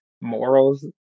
morals